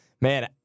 man